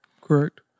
Correct